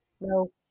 no